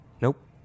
nope